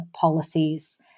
policies